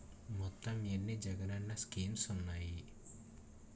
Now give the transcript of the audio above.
మొత్తం ఎన్ని జగనన్న స్కీమ్స్ ఉన్నాయి?